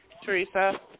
Teresa